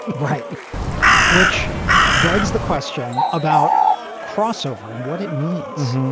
right which begs the question about crossover and what it means.